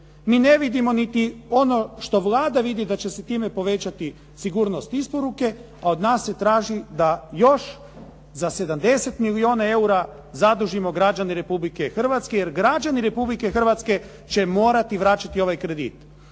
mi ne vidimo niti ono što Vlada vidi da će se time povećati sigurnost isporuke, a od nas se traži da još za 70 milijuna eura zadužimo građane Republike Hrvatske. Jer građani Republike Hrvatske će morati vraćati ovaj kredit.